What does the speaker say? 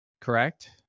Correct